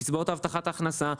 וקצבאות הבטחת ההכנסה,